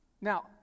Now